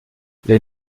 les